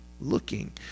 looking